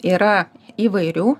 yra įvairių